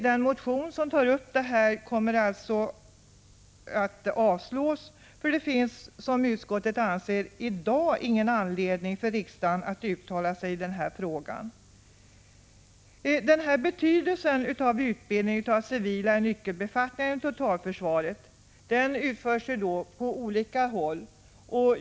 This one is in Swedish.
Den motion som tar upp detta kommer alltså att avslås, då det enligt utskottet i dag inte finns någon anledning för riksdagen att uttala sig i den här frågan. Utskottet vill även framhålla betydelsen av utbildningen för civila nyckelbefattningar i totalförsvaret. Denna utbildning utförs på olika håll.